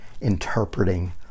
interpreting